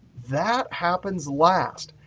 that happens last.